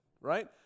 right